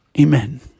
Amen